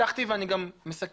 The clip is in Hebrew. פתחתי ואני גם מסכם,